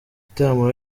gitaramo